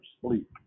sleep